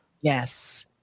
Yes